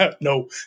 No